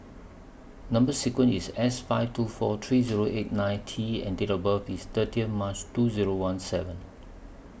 Number sequence IS S five two four three Zero eight nine T and Date of birth IS thirty March two Zero one seven